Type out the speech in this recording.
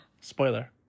Spoiler